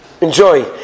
enjoy